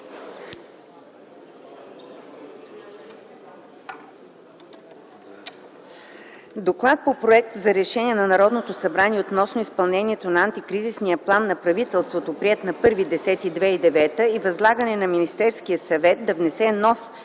разгледа Проекта за решение на Народното събрание относно изпълнението на Антикризисния план на правителството, приет на 1.10.2009 г. и възлагане на Министерския съвет да внесе нов